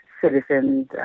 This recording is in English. citizens